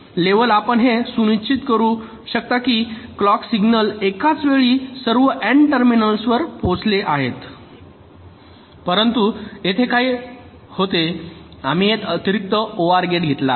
level आपण हे सुनिश्चित करू शकता की क्लॉक सिग्नल एकाच वेळी सर्व एन टर्मिनल्सवर पोचले आहेत परंतु येथे काय होते आम्ही एक अतिरिक्त ओआर गेट घातला आहे